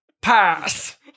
Pass